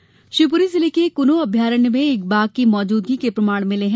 बाघ श्योपुर जिले के कुनो अभयारण्य में एक बाघ की मौजूदगी के प्रमाण मिले हैं